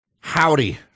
Howdy